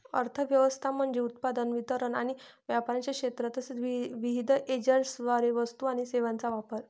अर्थ व्यवस्था म्हणजे उत्पादन, वितरण आणि व्यापाराचे क्षेत्र तसेच विविध एजंट्सद्वारे वस्तू आणि सेवांचा वापर